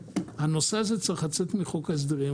הנושא הזה צריך לצאת מחוק ההסדרים.